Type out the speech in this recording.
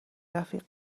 رفیق